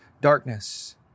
darkness